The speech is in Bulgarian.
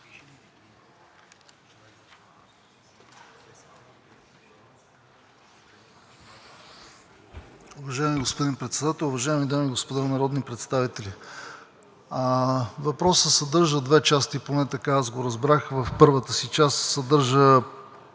Въпросът съдържа две части, поне така го разбрах. В първата си част съдържа